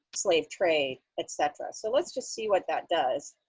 slave trade, et cetera. so let's just see what that does.